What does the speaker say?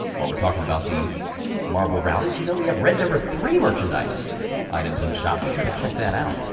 while we're talking about the marble rally, did you know we have red number three merchandise items in the shop? be sure to check that out.